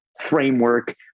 framework